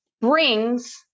brings